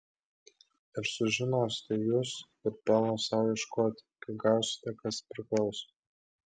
ir sužinosite jūs kur pelno sau ieškoti kai gausite kas priklauso